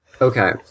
Okay